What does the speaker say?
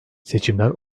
seçimler